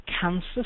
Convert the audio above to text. Cancer